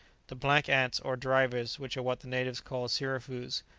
the black ants, or drivers, which are what the natives call sirafoos,